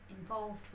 involved